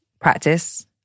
practice